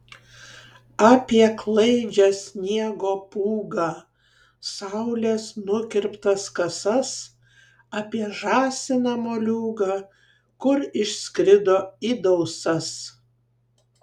apie klaidžią sniego pūgą saulės nukirptas kasas apie žąsiną moliūgą kur išskrido į dausas